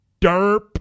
Derp